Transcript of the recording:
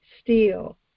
steel